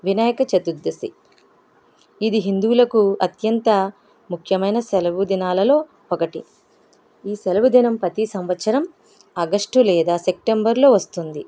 వినాయక చతుర్థశి ఇది హిందువులకు అత్యంత ముఖ్యమైన సెలవు దినాలలో ఒకటి ఈ సెలవు దినం ప్రతి సంవత్సరం ఆగస్టు లేదా సెప్టెంబర్లో వస్తుంది